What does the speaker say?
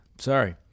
Sorry